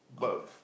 okay